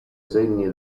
segni